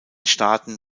staaten